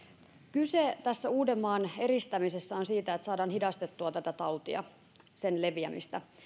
kyse tässä uudenmaan eristämisessä on siitä että saadaan hidastettua tämän taudin leviämistä